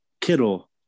Kittle